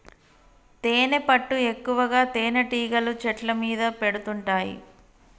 తేనెపట్టు ఎక్కువగా తేనెటీగలు చెట్ల మీద పెడుతుంటాయి